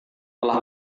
telah